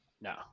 No